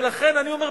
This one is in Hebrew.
ולכן אני אומר,